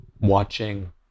watching